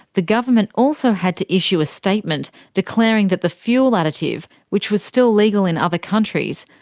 the government also had to issue a statement declaring that the fuel additive, which was still legal in other countries,